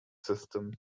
system